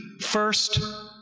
first